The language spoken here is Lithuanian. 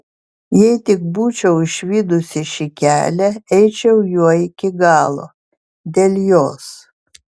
jei tik būčiau išvydusi šį kelią eičiau juo iki galo dėl jos